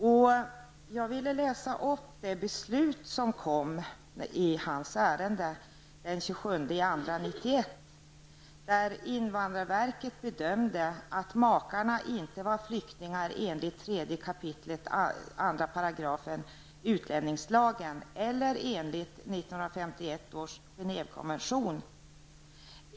Den 27 februari 1991 kom beslutet från invandrarverket, som bedömde att makarna inte var flyktingar enligt 3 kap. 2 § utlänningslagen eller enligt 1951 års Genèvekonvention.